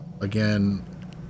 again